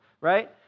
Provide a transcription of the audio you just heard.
right